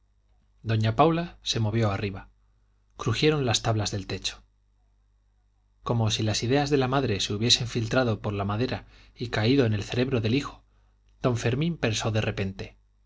doña paula se movió arriba crujieron las tablas del techo como si las ideas de la madre se hubiesen filtrado por la madera y caído en el cerebro del hijo don fermín pensó de repente